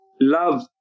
love